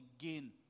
again